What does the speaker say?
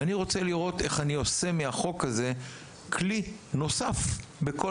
ואני רוצה לראות איך אני עושה מהחוק הזה כלי נוסף בכל